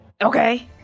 Okay